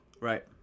Right